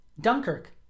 Dunkirk